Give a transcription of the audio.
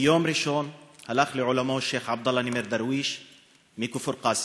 ביום ראשון הלך לעולמו שיח' עבדאללה נימר דרוויש מכפר קאסם.